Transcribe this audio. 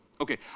Okay